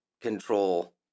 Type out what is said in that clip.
control